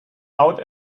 out